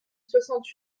soixante